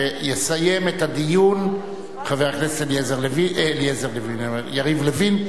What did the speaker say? ויסיים את הדיון חבר הכנסת יריב לוין.